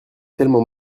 tellement